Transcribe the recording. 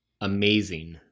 amazing